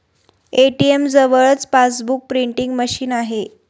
ATM जवळच passbook printing machine आहे